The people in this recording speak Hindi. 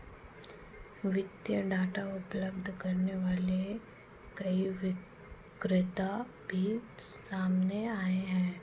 वित्तीय डाटा उपलब्ध करने वाले कई विक्रेता भी सामने आए हैं